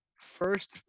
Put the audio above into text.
first